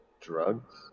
Drugs